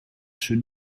schön